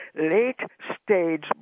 late-stage